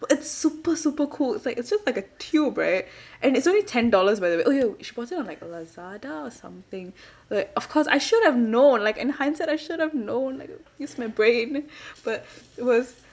it's super super cool it's like it's just like a tube right and it's only ten dollars by the way oh yo she bought it on like lazada or something like of course I should have known like in hindsight I should have known like use my brain but it was